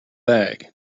bag